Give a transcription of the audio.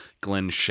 Glenn